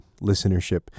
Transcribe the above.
listenership